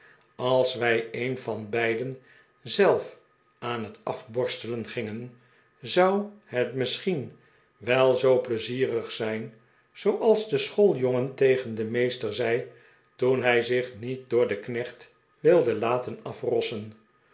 als wij een van beiden zelf aan het afborstelen gingen zou het misschien wel zoo pleizierig zijn zooals de schooljongen teg en den meester zei toen hij zich niet door den knecht wilde laten afrossen